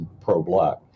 pro-black